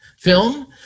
film